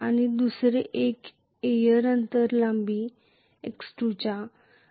आणि दुसरे एक एअर अंतर लांबी x2 च्या